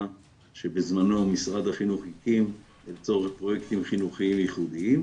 שבזמנו משרד החינוך הקים לצורך פרויקטים חינוכיים ייחודיים,